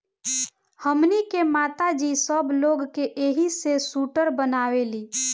हमनी के माता जी सब लोग के एही से सूटर बनावेली